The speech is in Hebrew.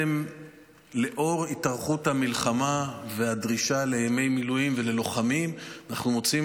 שלנוכח התארכות המלחמה והדרישה לימי מילואים וללוחמים אנחנו מוצאים